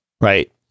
Right